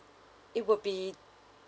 it will be